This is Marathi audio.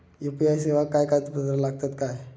यू.पी.आय सेवाक काय कागदपत्र लागतत काय?